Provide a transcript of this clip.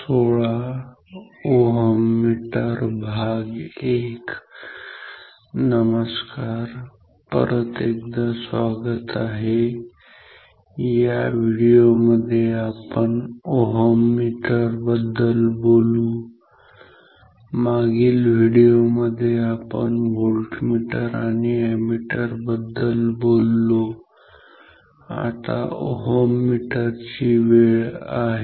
ohmmeter I नमस्कार परत एकदा स्वागत आहे या व्हिडिओ मध्ये आपण ओहममीटर बद्दल बोलू मागील व्हिडिओमध्ये आपण व्होल्टमीटर आणि अॅमीटर बद्दल बोललो आता ओहममीटर ची वेळ आहे